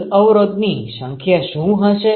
કુલ અવરોધ ની સંખ્યા શું છે